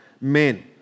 men